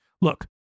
Look